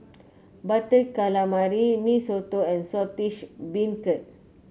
Butter Calamari Mee Soto and Saltish Beancurd